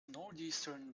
northeastern